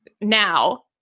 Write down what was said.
now